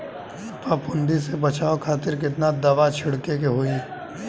फाफूंदी से बचाव खातिर केतना दावा छीड़के के होई?